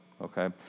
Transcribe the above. okay